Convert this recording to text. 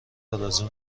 آرزو